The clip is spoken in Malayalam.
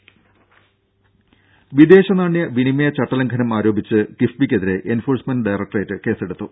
ദേദ വിദേശനാണ്യ വിനിമയ ചട്ടലംഘനം ആരോപിച്ച് കിഫ്ബിക്കെതിരെ എൻഫോഴ്സ്മെന്റ് ഡയറക്ടറേറ്റ് കേസെടുത്തു